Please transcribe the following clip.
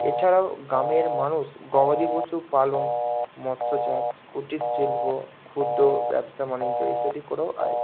এছাড়াও গামের মানুষ গবাদি পশু পালন মৎস্য চাষ কুটির শিল্প ক্ষুদ্র ব্যবসা বাণিজ্য ইত্যাদি করেও আয় করে